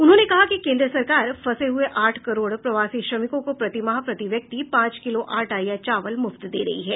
उन्होंने कहा कि केन्द्र सरकार फंसे हुए आठ करोड़ प्रवासी श्रमिकों को प्रतिमाह प्रतिव्यक्ति पांच किलो आटा या चावल मुफ्त दे रही है